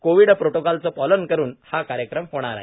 Covid प्रोटोकॉलचे पालन करुन हा कार्यक्रम होणार आहे